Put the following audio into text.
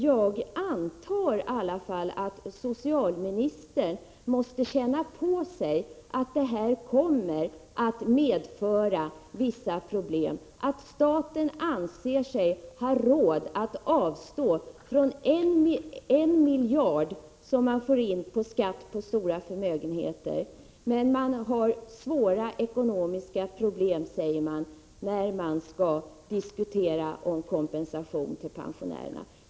Jag antar i alla fall att socialministern känner på sig att detta kommer att medföra vissa problem, att staten anser sig ha råd att avstå från att ta in 1 miljard i skatt på stora förmögenheter. Men regeringen säger att den har svåra ekonomiska problem när frågan om kompensation till pensionärerna skall diskuteras.